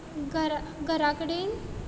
घरा घरा कडेन